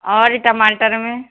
और टमाटर में